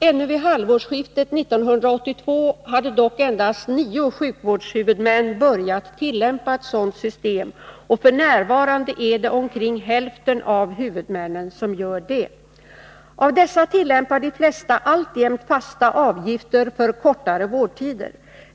Ännu vid halvårsskiftet 1982 hade dock endast nio sjukvårdshuvudmän börjat tillämpa ett sådant system och f. n. är det omkring hälften av huvudmännen som gör det. Av dessa tillämpar de flesta alltjämt fasta avgifter för kortare vårdtider.